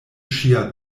ŝia